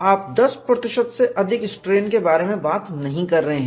आप 10 से अधिक स्ट्रेन के बारे में बात नहीं कर रहे हैं